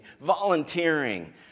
volunteering